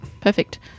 Perfect